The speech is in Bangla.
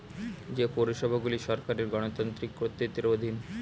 যে পৌরসভাগুলি সরকারের গণতান্ত্রিক কর্তৃত্বের অধীন